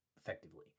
effectively